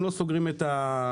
הם לא סוגרים את המפעל,